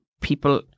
people